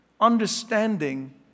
understanding